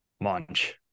munch